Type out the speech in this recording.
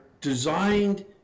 designed